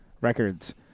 records